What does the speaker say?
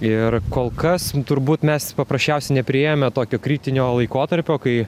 ir kol kas turbūt mes paprasčiausiai nepriėjome tokio kritinio laikotarpio kai